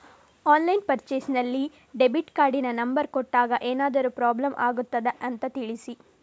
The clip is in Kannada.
ಆನ್ಲೈನ್ ಪರ್ಚೇಸ್ ನಲ್ಲಿ ಡೆಬಿಟ್ ಕಾರ್ಡಿನ ನಂಬರ್ ಕೊಟ್ಟಾಗ ಏನಾದರೂ ಪ್ರಾಬ್ಲಮ್ ಆಗುತ್ತದ ಅಂತ ತಿಳಿಸಿ?